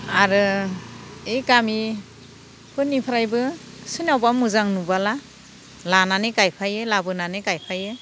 आरो ओइ गामिफोरनिफ्रायबो सोरनियावबा मोजां नुब्ला लानानै गायफैयो लाबोनानै गायफैयो